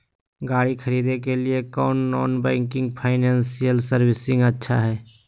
गाड़ी खरीदे के लिए कौन नॉन बैंकिंग फाइनेंशियल सर्विसेज अच्छा है?